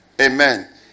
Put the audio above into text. Amen